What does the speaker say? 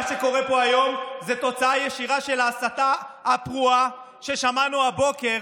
מה שקורה פה היום זה תוצאה ישירה של ההסתה הפרועה ששמענו הבוקר,